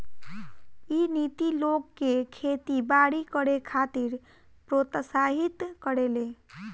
इ नीति लोग के खेती बारी करे खातिर प्रोत्साहित करेले